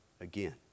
again